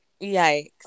Yikes